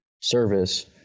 service